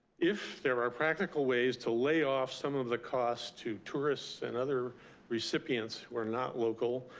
if there are practical ways to lay off some of the costs to tourists and other recipients who are not local,